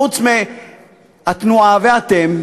חוץ מהתנועה ואתם,